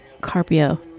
Carpio